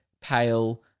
pale